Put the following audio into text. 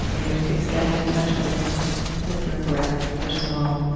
mean, it's it's getting in touch with with your breath, first of all.